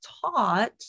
taught